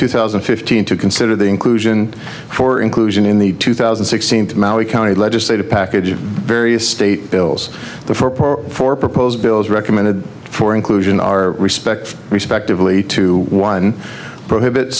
two thousand and fifteen to consider the inclusion for inclusion in the two thousand sixteenth maui county legislative package of the various state bills the four proposed bills recommended for inclusion our respect respectively to one prohibit